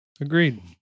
Agreed